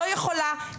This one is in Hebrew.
לא יכולה,